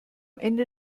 ende